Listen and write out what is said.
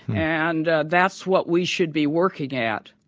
and that's what we should be working at